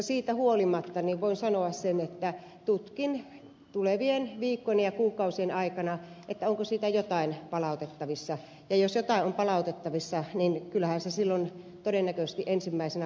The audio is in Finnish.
siitä huolimatta voin sanoa sen että tutkin tulevien viikkojen ja kuukausien aikana onko siitä jotain palautettavissa ja jos jotain on palautettavissa niin kyllähän se silloin todennäköisesti ensimmäisenä kainuuta koskee